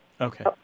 Okay